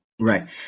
Right